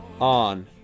on